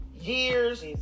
years